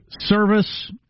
service